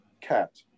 Cat